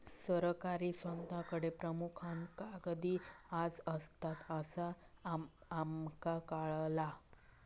सरकारी संस्थांकडे प्रामुख्यान कागदी अर्ज असतत, असा आमका कळाला